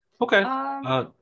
Okay